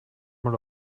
mal